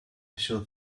should